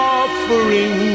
offering